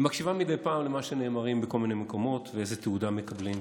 היא מקשיבה מדי פעם למה שנאמר בכל מיני מקומות ואיזו תעודה מקבלים.